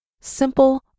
Simple